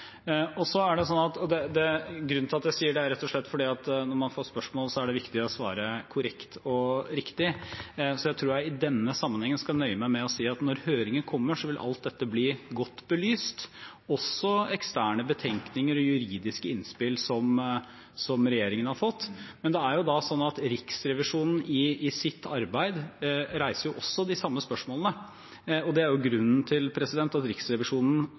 at man skal følge opp. Grunnen til at jeg sier det, er rett og slett at det er viktig å svare korrekt og riktig når man får spørsmål. Så jeg tror jeg i denne sammenhengen skal nøye meg med å si at når høringen kommer, vil alt dette bli godt belyst – også eksterne betenkninger og juridiske innspill som regjeringen har fått. Men det er jo sånn at Riksrevisjonen i sitt arbeid også reiser de samme spørsmålene, og det er i hvert fall noe av grunnen til at Riksrevisjonen